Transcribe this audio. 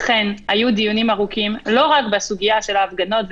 אכן היו דיונים ארוכים לא רק בסוגיה של ההפגנות,